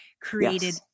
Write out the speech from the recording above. created